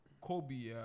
Kobe